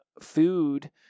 food